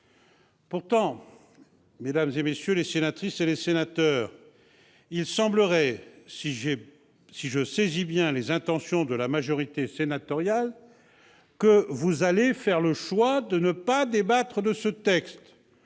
Pourtant, mesdames, messieurs les sénateurs, il semblerait, si je saisis bien les intentions de la majorité sénatoriale, que vous allez faire le choix de ne pas débattre de ce texte,